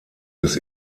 des